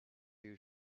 you